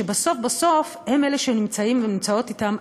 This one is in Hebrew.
שבסוף בסוף הם אלה שנמצאים ונמצאות אתם,